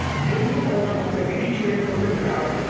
give me a program. i'll take any training program you have.